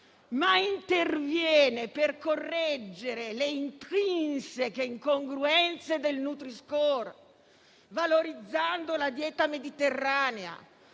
ma interviene per correggere le intrinseche incongruenze del nutri-score, valorizzando la dieta mediterranea